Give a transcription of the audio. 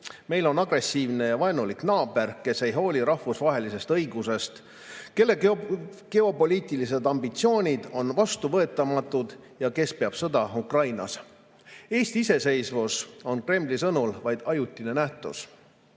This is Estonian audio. Meil on agressiivne ja vaenulik naaber, kes ei hooli rahvusvahelisest õigusest, kelle geopoliitilised ambitsioonid on vastuvõetamatud ja kes peab sõda Ukrainas. Eesti iseseisvus on Kremli sõnul vaid ajutine nähtus.